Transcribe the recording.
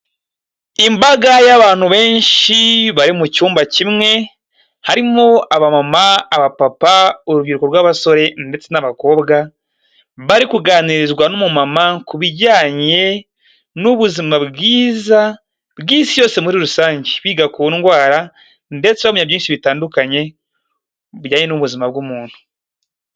Imbaga y'abantu benshi bari mu cyumba kimwe, harimo abamama, abapapa urubyiruko rw'abasore ndetse n'abakobwa, bari kuganirizwa n'umumama ku bijyanye n'ubuzima bwiza bw'isi yose muri rusange, biga ku ndwara ndetse bamenya byinshi bitandukanye, bijyanye n'ubuzima bw'umuntu.